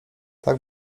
tak